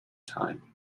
time